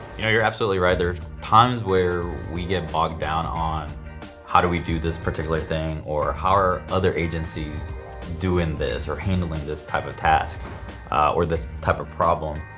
you know you're absolutely right, there are times where we get bogged down on how do we do this particular thing or how are other agencies doing this or handling this type of task or this type of problem.